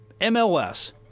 MLS